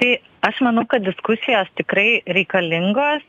tai aš manau kad diskusijos tikrai reikalingos